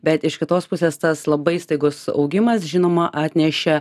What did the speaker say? bet iš kitos pusės tas labai staigus augimas žinoma atnešė